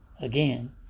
Again